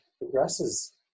progresses